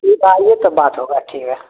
ठीक है आइए तब बात होगा ठीक है